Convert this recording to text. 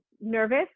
nervous